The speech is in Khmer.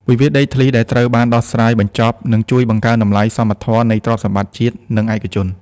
វិវាទដីធ្លីដែលត្រូវបានដោះស្រាយបញ្ចប់ នឹងជួយបង្កើនតម្លៃសមធម៌នៃទ្រព្យសម្បត្តិជាតិ និងឯកជន។